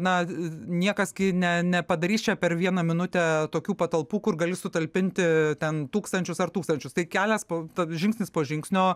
na niekas ne nepadarys čia per vieną minutę tokių patalpų kur gali sutalpinti ten tūkstančius ar tūkstančius tai kelias po žingsnis po žingsnio